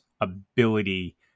ability